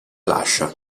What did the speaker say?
lascia